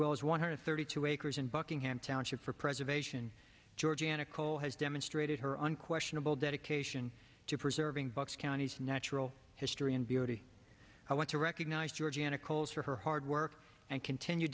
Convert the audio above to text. well as one hundred thirty two acres in buckingham township for preservation georgianna call has demonstrated her unquestionable dedication to preserving books county's natural history and beauty i want to recognize georgiana calls for her hard work and continue